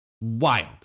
Wild